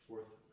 Fourth